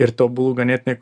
ir tobulų ganėtinai